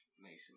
Mason